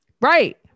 Right